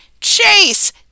Chase